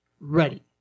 ready